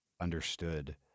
understood